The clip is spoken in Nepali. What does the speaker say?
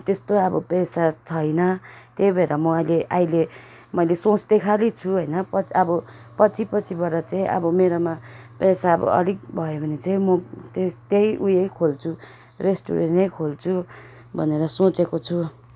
त्यस्तो अब पैसा छैन त्यही भएर म अहिले अहिले मैले सोच्दै खालि छु होइन पछ् अब पछि पछिबाट चाहिँ अब मेरोमा पैसा अब अलिक भयो भने चाहिँ म त्यही उयै खोल्छु रेस्टुरेन्टै खोल्छु भनेर सोचेको छु